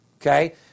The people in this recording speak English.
Okay